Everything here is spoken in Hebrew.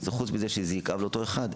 חוץ מזה שזה יכאב לאותו אחד,